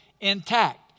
intact